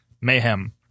Mayhem